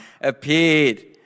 appeared